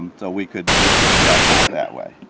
so we could we could do that count that way